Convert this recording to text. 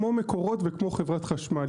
נתג"ז היא כמו מקורות וכמו חברת חשמל.